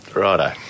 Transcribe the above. Righto